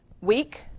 week